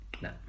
No